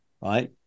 right